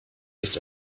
ist